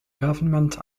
government